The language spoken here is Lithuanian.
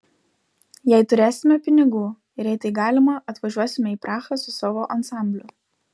jei turėsime pinigų ir jei tai galima atvažiuosime į prahą su savo ansambliu